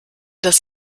das